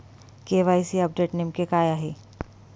KYC update नेमके काय आहे?